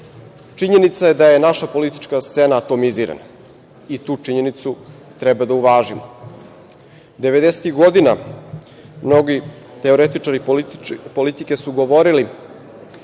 činjenica je da je naša politička scena tomizirana i tu činjenicu treba da uvažimo. Devedesetih godina mnogi teoretičari politike su govorili